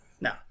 No